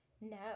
No